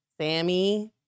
Sammy